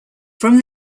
from